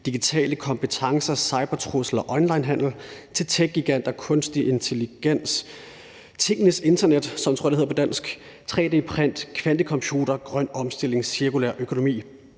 digitale kompetencer, cybertrusler, onlinehandel, til techgiganter, kunstig intelligens, Tingenes Internet – sådan tror jeg det hedder på dansk – 3 D-print, kvantecomputere, grøn omstilling, cirkulær økonomi,